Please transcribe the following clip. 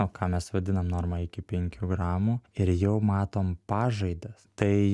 o ką mes vadinam norma iki penkių gramų ir jau matom pažaidas tai